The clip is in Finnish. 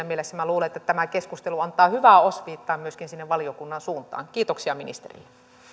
mielessä minä luulen että tämä keskustelu antaa hyvää osviittaa myöskin sinne valiokunnan suuntaan kiitoksia ministerille